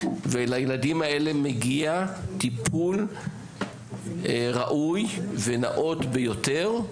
ולילדים האלה מגיע טיפול ראוי ונאות ביותר,